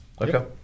Okay